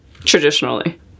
traditionally